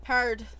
Hard